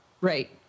Right